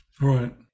Right